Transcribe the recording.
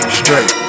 straight